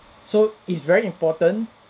so is very important